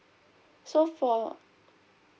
so for